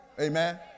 Amen